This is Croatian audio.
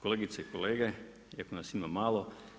Kolegice i kolege iako nas ima malo.